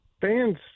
Fans